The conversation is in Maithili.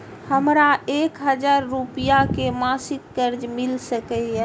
हमरा एक हजार रुपया के मासिक कर्ज मिल सकिय?